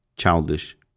childish